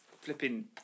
flipping